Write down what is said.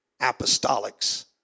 apostolics